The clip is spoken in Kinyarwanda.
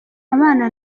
abana